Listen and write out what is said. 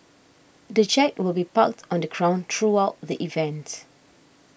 the jet will be parked on the ground throughout the events